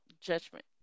judgment